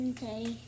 Okay